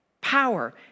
power